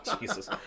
Jesus